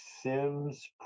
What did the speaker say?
sims